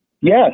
yes